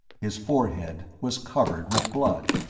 his forehead was covered with blood.